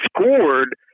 scored